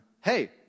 hey